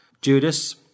Judas